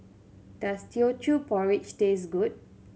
does Teochew Porridge taste good